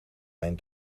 mijn